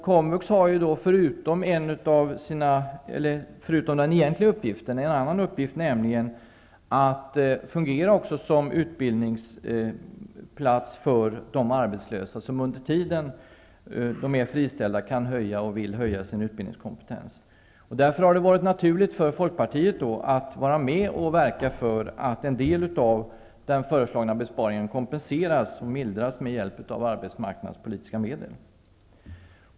Komvux har, förutom den egentliga uppgiften, i uppgift att fungera som utbildningsplats för de arbetslösa som under tiden som de är friställda vill höja sin utbildningskompetens. Därför har det varit naturligt för folkpartiet att vara med och verka för att en del av den föreslagna besparingen kompenseras och mildras med hjälp av arbetsmarknadspolitiska medel.